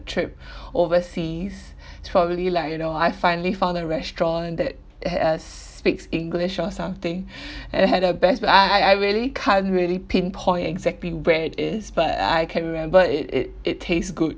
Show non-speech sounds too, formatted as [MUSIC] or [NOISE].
trip [BREATH] overseas [BREATH] it's probably like you know I finally found a restaurant that uh as speaks english or something [BREATH] and had the best but I I I really can't really pinpoint exactly where it is but I can remember it it it taste good